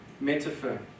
metaphor